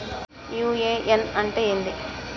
UAN అంటే ఏంది?